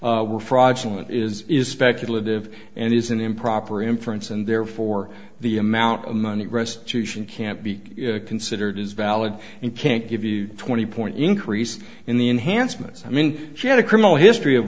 period were fraudulent is is speculative and is an improper inference and therefore the amount of money restitution can't be considered is valid and can't give you a twenty point increase in the enhancements i mean she had a criminal history of